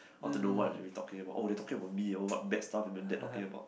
I want to know what are we talking about oh they talking about me oh what bad stuff even dad talking about